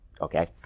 Okay